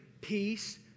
peace